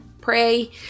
pray